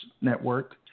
network